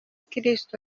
kristo